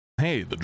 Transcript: Hey